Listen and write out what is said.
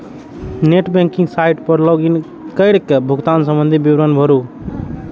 net banking site पर log in कैर के भुगतान संबंधी विवरण भरू